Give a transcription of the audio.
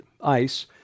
ICE